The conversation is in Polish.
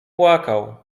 płakał